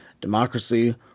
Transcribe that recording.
democracy